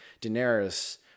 daenerys